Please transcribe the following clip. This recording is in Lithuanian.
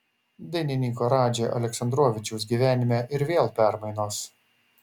dainininko radži aleksandrovičiaus gyvenime ir vėl permainos